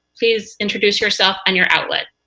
please introduce yourself and your outlet.